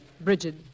Bridget